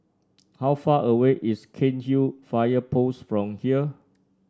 how far away is Cairnhill Fire Post from here